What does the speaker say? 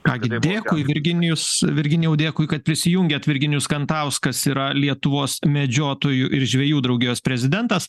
ką gi dėkui virginijus virginijau dėkui kad prisijungėt virginijus kantauskas yra lietuvos medžiotojų ir žvejų draugijos prezidentas